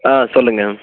ஆ சொல்லுங்கள்